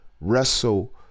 wrestle